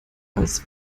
als